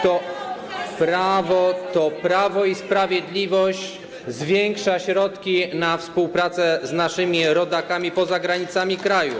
To Prawo i Sprawiedliwość zwiększa środki na współpracę z naszymi rodakami poza granicami kraju.